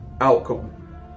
outcome